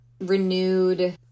renewed